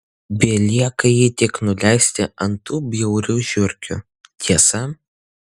belieka jį tik nuleisti ant tų bjaurių žiurkių tiesa